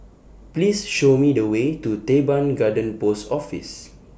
Please Show Me The Way to Teban Garden Post Office